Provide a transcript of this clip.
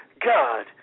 God